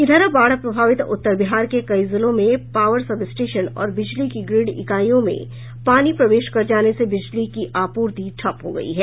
इधर बाढ़ प्रभावित उत्तर बिहार के कई जिलों में पावर सब स्टेशन और बिजली की ग्रिड इकाईयों में पानी प्रवेश कर जाने से बिजली की आपूर्ति ठप हो गयी है